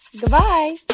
Goodbye